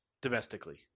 domestically